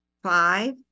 Five